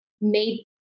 made